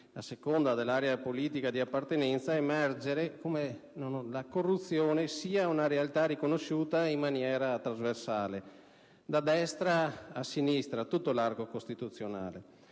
Dall'analisi dell'area politica di appartenenza risulta emergere come la corruzione sia una realtà riconosciuta in maniera trasversale, da destra a sinistra, in tutto l'arco costituzionale.